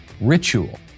ritual